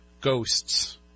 ghosts